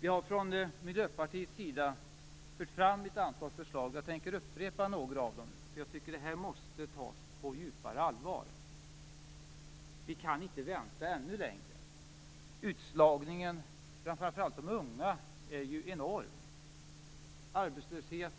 Vi i Miljöpartiet har fört fram ett antal förslag. Jag tänker upprepa några av dem nu. Jag tycker att detta måste tas på djupare allvar. Vi kan inte vänta ännu längre. Utslagningen bland framför allt de unga är ju enorm. De drabbas av en arbetslöshet